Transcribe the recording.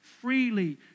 Freely